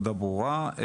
הנקודה ברורה.